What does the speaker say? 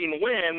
win